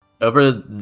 Over